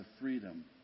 freedom